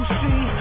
see